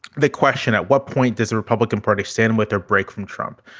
the question. at what point does the republican party stand with their break from trump?